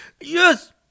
yes